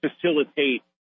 facilitate